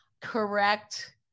correct